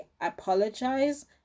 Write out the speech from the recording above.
apologize